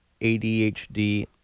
ADHD